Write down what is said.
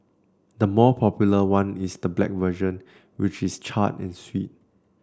the more popular one is the black version which is charred and sweet